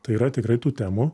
tai yra tikrai tų temų